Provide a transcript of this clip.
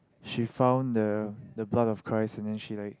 she found the the blood of Christ and then she like